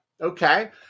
okay